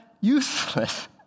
useless